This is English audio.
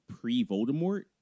pre-Voldemort